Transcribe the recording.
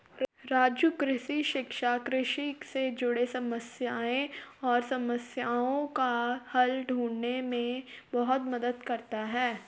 राजू कृषि शिक्षा कृषि से जुड़े समस्याएं और समस्याओं का हल ढूंढने में बहुत मदद करता है